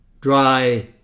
dry